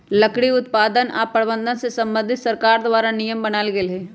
लकड़ी उत्पादन आऽ प्रबंधन से संबंधित सरकार द्वारा नियम बनाएल गेल हइ